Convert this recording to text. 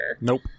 Nope